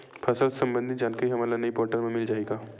फसल ले सम्बंधित जानकारी हमन ल ई पोर्टल म मिल जाही का?